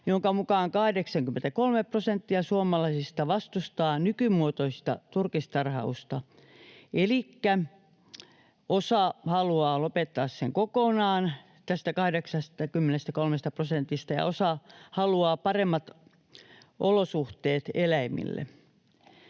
jonka mukaan 83 prosenttia suomalaisista vastustaa nykymuotoista turkistarhausta. Elikkä tästä 83 prosentista osa haluaa lopettaa sen kokonaan ja osa haluaa paremmat olosuhteet eläimille.